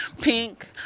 pink